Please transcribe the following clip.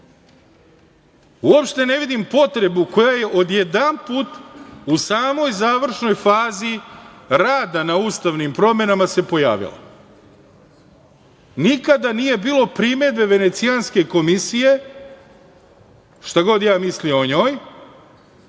ne vidim potrebu koja se odjedanput u samoj završnoj fazi rada na ustavnim promenama pojavila. Nikada nije bilo primedbe Venecijanske komisije, šta god ja mislio o njoj,